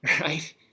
right